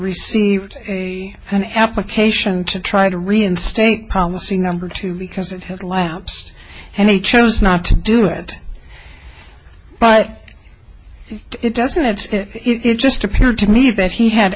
received an application to try to reinstate policy number two because it had lapsed and he chose not to do it but it doesn't it's it just appeared to me that he had